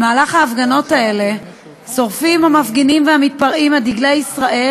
בהפגנות האלה שורפים המפגינים והמתפרעים את דגלי ישראל,